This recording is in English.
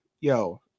yo